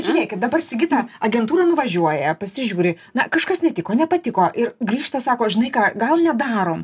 žiūrėkit dabar sigita agentūra nuvažiuoja pasižiūri na kažkas netiko nepatiko ir grįžta sako žinai ką gal nedarom